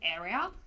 area